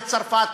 לצרפת,